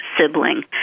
sibling